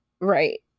Right